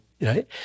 right